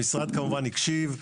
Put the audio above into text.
המשרד כמובן הקשיב,